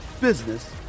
business